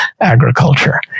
agriculture